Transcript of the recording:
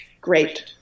great